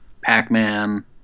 Pac-Man